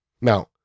Now